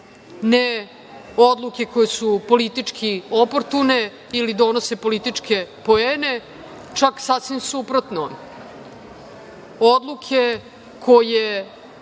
ne odluke koje su politički oportune ili donose političke poene, čak sasvim suprotno, odluke koje